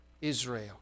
Israel